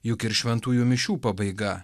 juk ir šventųjų mišių pabaiga